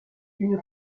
une